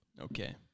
Okay